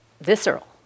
visceral